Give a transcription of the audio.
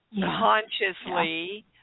Consciously